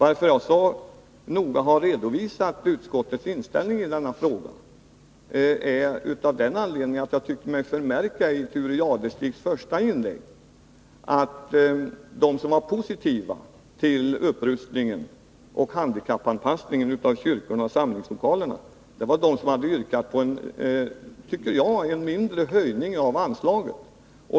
Att jag så noga har redovisat utskottets inställning i denna fråga beror på att jag i Thure Jadestigs första inlägg tyckte mig förmärka att de som var positiva till upprustningen och handikappanpassningen av kyrkorna och samlingslokalerna var de som hade yrkat på en mindre höjning av anslaget.